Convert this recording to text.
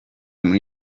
muri